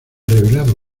revelado